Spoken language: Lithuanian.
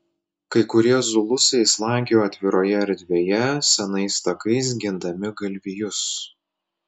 kai kurie zulusai slankiojo atviroje erdvėje senais takais gindami galvijus